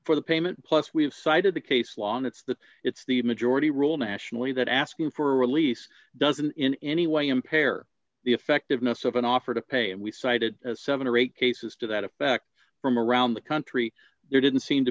for the payment plus we have cited the case law and it's the it's the majority rule nationally that asking for release doesn't in any way impair the effectiveness of an offer to pay and we cited seven dollars or eight cases to that effect from around the country there didn't seem to